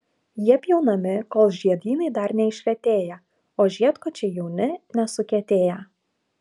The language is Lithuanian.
jie pjaunami kol žiedynai dar neišretėję o žiedkočiai jauni nesukietėję